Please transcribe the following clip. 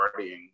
partying